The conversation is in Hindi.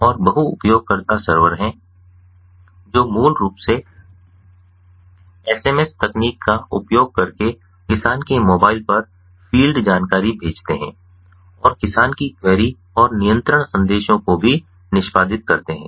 और बहु उपयोगकर्ता सर्वर हैं जो मूल रूप से एसएमएस तकनीक का उपयोग करके किसान के मोबाइल पर फ़ील्ड जानकारी भेजते हैं और किसान की क्वेरी और नियंत्रण संदेशों को भी निष्पादित करते हैं